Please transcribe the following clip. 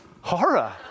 horror